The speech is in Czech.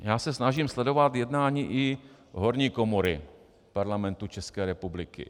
Já se snažím sledovat jednání i horní komory Parlamentu České republiky.